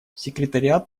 секретариат